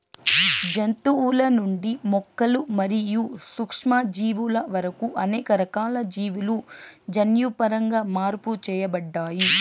జంతువుల నుండి మొక్కలు మరియు సూక్ష్మజీవుల వరకు అనేక రకాల జీవులు జన్యుపరంగా మార్పు చేయబడ్డాయి